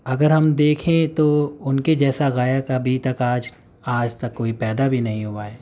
اگر ہم دیکھیں تو ان کے جیسا گائک ابھی تک آج آج تک کوئی پیدا بھی نہیں ہوا ہے